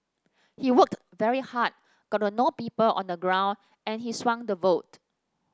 he worked very hard got to know people on the ground and he swung the vote